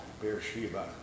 Beersheba